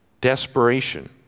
Desperation